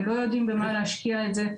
הם לא יודעים במה להשקיע את זה.